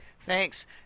Thanks